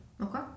Okay